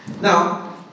Now